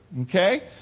Okay